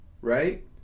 right